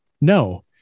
No